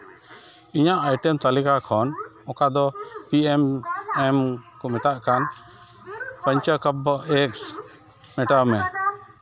ᱤᱧᱟᱹᱜ ᱟᱭᱴᱮᱢ ᱛᱟᱞᱤᱠᱟ ᱠᱷᱚᱱ ᱚᱠᱟᱫᱚ ᱯᱤ ᱮᱢ ᱮᱢ ᱠᱚ ᱢᱮᱛᱟᱜ ᱠᱟᱱ ᱯᱚᱧᱪᱚ ᱠᱟᱵᱽᱵᱚ ᱮᱜᱽᱥ ᱢᱮᱴᱟᱣ ᱢᱮ